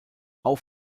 auf